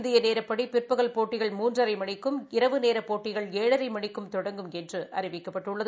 இந்திய நேரப்படி பிற்பகல் போட்டிகள் மூன்றரை மணிக்கும் இரவு நேர போட்டிகள் இரவு ஏழரை மணிக்கும் தெடங்கும் என்றும் அறிவிக்கப்பட்டுள்ளது